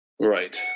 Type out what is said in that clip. Right